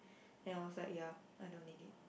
and I was like ya I don't need it